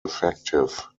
effective